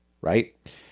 right